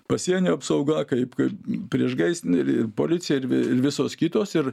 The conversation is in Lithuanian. pasienio apsauga kaip kad priešgaisrinė ir ir policija ir vi ir visos kitos ir